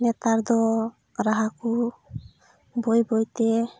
ᱱᱮᱛᱟᱨ ᱫᱚ ᱨᱟᱦᱟ ᱠᱚ ᱵᱟᱹᱭ ᱵᱟᱹᱭᱛᱮ